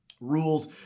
rules